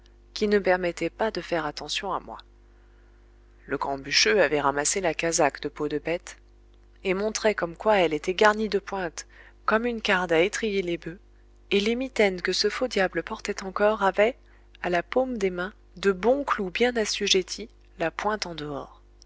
qui ne permettaient pas de faire attention à moi le grand bûcheux avait ramassé la casaque de peau de bête et montrait comme quoi elle était garnie de pointes comme une carde à étriller les boeufs et les mitaines que ce faux diable portait encore avaient à la paume des mains de bons clous bien assujettis la pointe en dehors